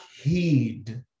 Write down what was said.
heed